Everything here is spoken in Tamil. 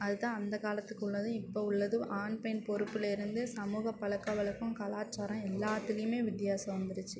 அதுதான் அந்த காலத்துக்கும் உள்ளதும் இப்போ உள்ளதும் ஆண் பெண் பொறுப்பில் இருந்து சமூகப் பழக்கவலக்கம் கலாச்சாரம் எல்லாத்துலையுமே வித்தியாசம் வந்துருச்சு